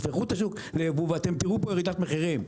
תפתחו את השוק ליבוא ואתם תראו פה ירידת מחירים.